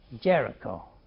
Jericho